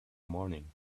morning